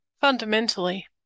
Fundamentally